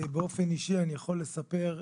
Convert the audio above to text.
באופן אישי אני יכול לספר,